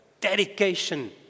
dedication